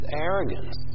arrogance